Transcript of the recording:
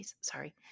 sorry